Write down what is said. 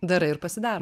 darai ir pasidar